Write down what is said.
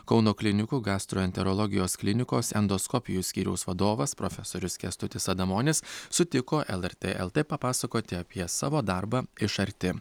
kauno klinikų gastroenterologijos klinikos endoskopijų skyriaus vadovas profesorius kęstutis adamonis sutiko lrt lt papasakoti apie savo darbą iš arti